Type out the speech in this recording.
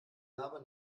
gelaber